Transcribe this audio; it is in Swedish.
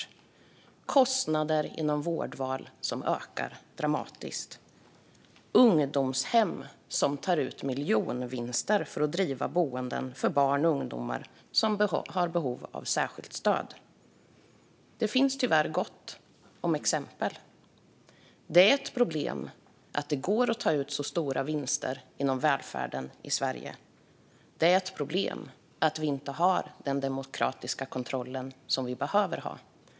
Vi ser kostnader inom vårdval som ökar dramatiskt och ungdomshem som tar ut miljonvinster för att driva boenden för barn och ungdomar som har behov av särskilt stöd. Det finns tyvärr gott om exempel. Det är ett problem att det går att ta ut så stora vinster inom välfärden i Sverige. Det är ett problem att vi inte har den demokratiska kontroll som vi behöver ha.